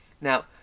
Now